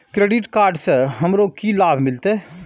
Credit card से हमरो की लाभ मिलते?